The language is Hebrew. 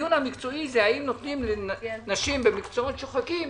הדיון המקצועי האם נותנים לנשים במקצועות שוחקים